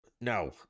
no